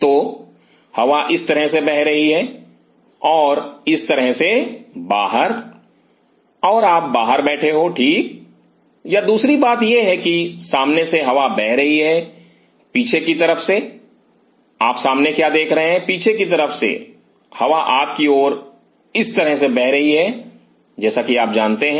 तो हवा इस तरह बह रही है और इस तरह से बाहर और आप बाहर बैठे हो ठीक या दूसरी बात यह है कि सामने से हवा बह रही है पीछे की तरफ से आप सामने क्या देख रहे हैं पीछे की तरफ से हवा आपकी ओर इस तरह से बह रही है जैसा कि आप जानते हैं